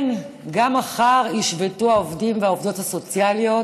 כן, גם מחר ישבתו העובדים והעובדות הסוציאליות,